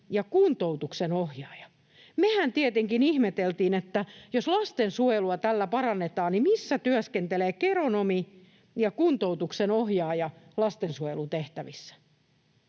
ja kuntoutuksen ohjaaja. Mehän tietenkin ihmeteltiin, että jos lastensuojelua tällä parannetaan, niin missä lastensuojelutehtävissä